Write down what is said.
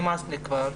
נמאס לי כבר.